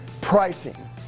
pricing